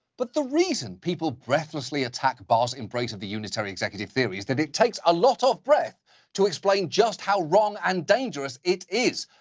but the reason people breathlessly attack barr's embrace of the unitary executive theory is that it takes a lot of breath to explain just how wrong and dangerous it is.